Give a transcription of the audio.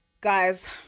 Guys